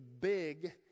big